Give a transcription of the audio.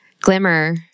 glimmer